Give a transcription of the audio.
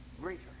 Greater